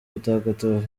butagatifu